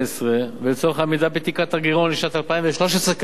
ולצורך עמידה בתקרת הגירעון לשנת 2013,